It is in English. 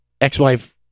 ex-wife